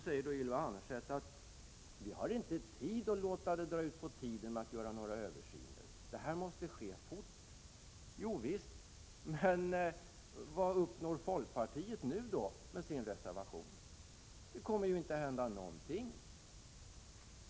säger Ylva Annerstedt: ”Vi hinner inte låta det dra ut på tiden med att göra någon översyn, utan det här måste ske fort.” Ja visst, men vad uppnår folkpartiet nu med sin reservation? Det kommer inte att hända någonting.